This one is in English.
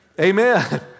Amen